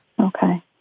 Okay